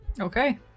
Okay